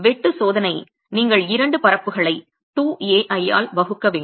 வெட்டு சோதனை நீங்கள் இரண்டு பரப்புகளை 2Ai ஆல் வகுக்க வேண்டும்